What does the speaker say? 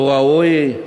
והוא ראוי,